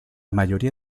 mayoría